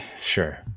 Sure